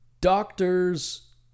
Doctors